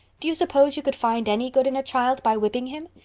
do you suppose you could find any good in a child by whipping him?